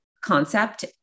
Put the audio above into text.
concept